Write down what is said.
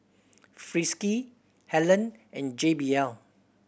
Friskies Helen and J B L